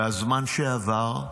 הזמן שעבר,